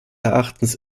erachtens